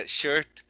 shirt